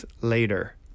later